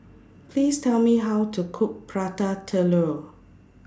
Please Tell Me How to Cook Prata Telur